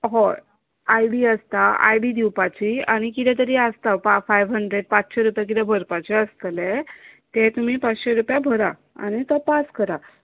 हय I D आसता I D दिवपाची आनी किते तरी आसता फायव हंड्रेड पांचशे रुपयां किते भरपाचे आसतले ते तुमी पांचशे रुपया भरा आनी तो पास करा